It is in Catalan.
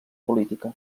política